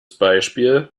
beispiel